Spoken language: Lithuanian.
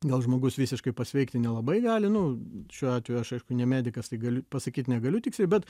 gal žmogus visiškai pasveikti nelabai gali nu šiuo atveju aš aišku ne medikas tai galiu pasakyt negaliu bet